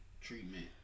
treatment